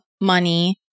money